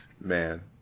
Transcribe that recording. Man